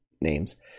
names